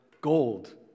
gold